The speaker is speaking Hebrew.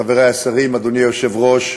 חברי השרים, אדוני היושב-ראש,